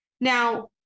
Now